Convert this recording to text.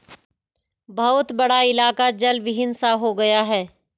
बहुत बड़ा इलाका जलविहीन सा हो गया है